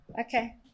Okay